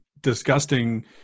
disgusting